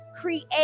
create